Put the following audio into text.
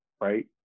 right